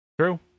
True